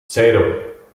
cero